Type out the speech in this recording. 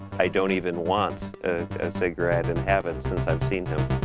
i don't even want a cigarette and haven't since i've seen him.